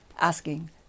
asking